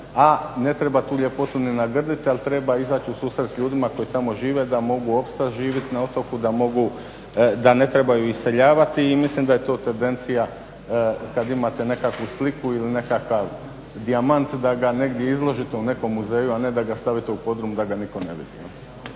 a ne treba tu ljepotu ni nagrditi ali treba izaći u susret ljudima koji tamo žive da mogu opstati živjeti na otoku da ne trebaju iseljavati i mislim da je to tendencija kada imate nekakvu sliku ili nekakav dijamant da ga negdje izložite u nekom muzeju, a ne da ga stavite u podrum da ga nitko ne vidi.